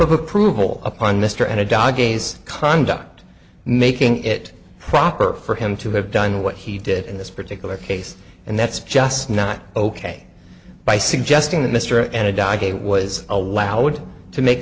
approval upon mr n a dog a's conduct making it proper for him to have done what he did in this particular case and that's just not ok by suggesting that mr n a dog a was allowed to make